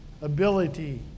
ability